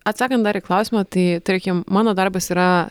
atsakant dar į klausimą tai tarkim mano darbas yra